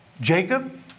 Jacob